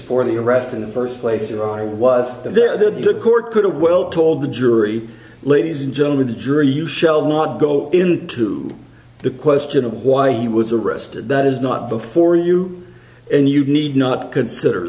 for the arrest in the first place you know i was there the court could a well told the jury ladies and gentlemen the jury you shall not go into the question of why he was arrested that is not before you and you need not consider